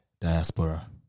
Diaspora